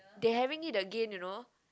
they having it again you know